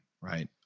Right